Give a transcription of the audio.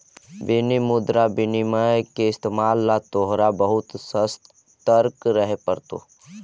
विदेशी मुद्रा विनिमय के इस्तेमाल ला तोहरा बहुत ससतर्क रहे पड़तो